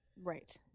Right